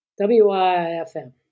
W-I-F-M